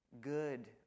good